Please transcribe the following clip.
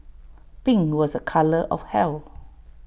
pink was A colour of health